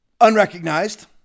unrecognized